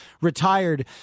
retired